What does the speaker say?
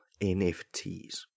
NFTs